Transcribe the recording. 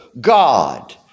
God